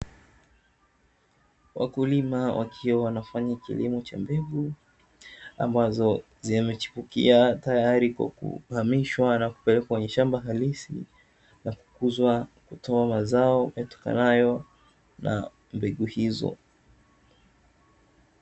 Wakulima wakiwa wanafanya kilimo cha mbegu ambazo zimechipukia tayari kwa kuhamishwa na kupelekwa kwenye shamba halisi na kukuzwa kutoa mazao yatokanayo na mbegu hizo.